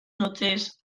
noches